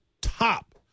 top